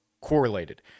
correlated